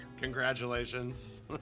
Congratulations